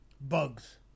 bugs